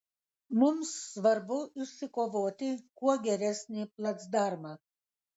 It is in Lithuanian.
mums svarbu išsikovoti kuo geresnį placdarmą